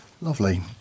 Lovely